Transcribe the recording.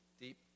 deep